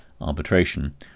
arbitration